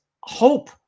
hope